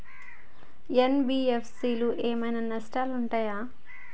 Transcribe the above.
NBFC ఏమైనా నష్టాలు ఉంటయా?